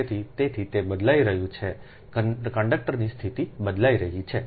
તેથી તેથી તે બદલાઇ રહ્યું છે તે છે સંદર્ભિત સમય 0536 કંડક્ટરની સ્થિતિ બદલાઈ રહી છે